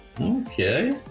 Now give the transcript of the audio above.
Okay